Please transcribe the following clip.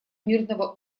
мирного